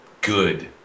good